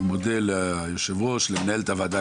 מודה ליושב-ראש ולמנהלת הוועדה,